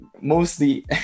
mostly